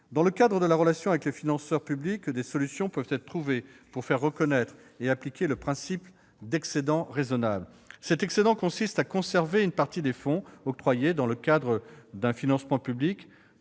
Dans le cadre de la relation avec les financeurs publics, des solutions peuvent être trouvées pour faire reconnaître et appliquer le principe d'excédent raisonnable. Cet excédent consiste à conserver une partie des fonds octroyés dans le cadre d'un financement public,